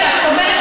אני רוצה לדעת,